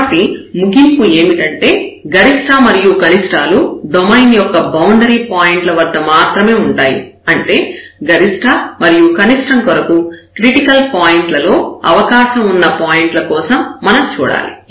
కాబట్టి ఇక్కడ ముగింపు ఏమిటంటే గరిష్ట మరియు కనిష్టాలు డొమైన్ యొక్క బౌండరీ పాయింట్ల వద్ద మాత్రమే ఉంటాయి అంటే గరిష్ట మరియు కనిష్టం కొరకు క్రిటికల్ పాయింట్లలో అవకాశం ఉన్న పాయింట్ల కోసం మనం చూడాలి